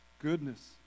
goodness